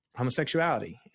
homosexuality